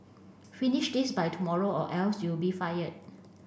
finish this by tomorrow or else you'll be fired